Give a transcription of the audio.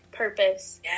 purpose